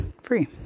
free